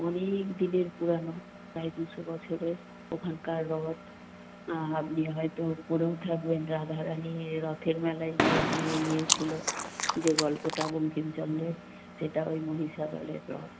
অনেক দিনের পুরনো প্রায় দুশো বছরের ওখানকার রথ আপনি হয়তো পড়েও থাকবেন রাধারাণী রথের মেলায় গিয়ে হারিয়ে গিয়েছিল যে গল্পটা বঙ্কিমচন্দ্রের সেটা ওই মহিষাদলের রথ